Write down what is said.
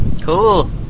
Cool